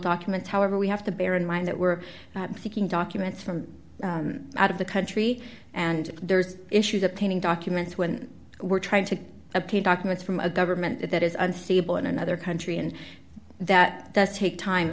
documents however we have to bear in mind that we're thinking documents from out of the country and there's issues obtaining documents when we're trying to obtain documents from a government that is unstable in another country and that does take time